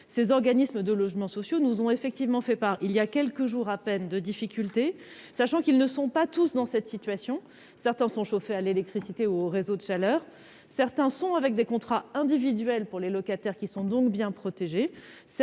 Ces organismes de logements sociaux nous ont effectivement fait part voilà quelques jours à peine de difficultés, sachant qu'ils ne sont pas tous dans la même situation. Certains sont chauffés à l'électricité ou au réseau de chaleur. D'autres sont avec des contrats individuels pour les locataires, qui sont donc bien protégés.